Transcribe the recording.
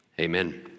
Amen